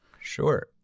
Sure